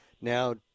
Now